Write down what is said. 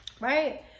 Right